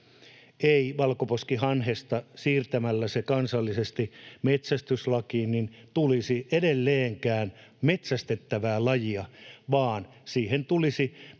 Ei valkoposkihanhesta siirtämällä se kansallisesti metsästyslakiin tulisi edelleenkään metsästettävää lajia, vaan siihen tulisi